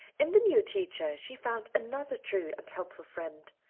in the new teacher she found another true and helpful friend.